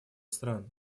стран